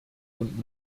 und